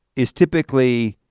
is typically,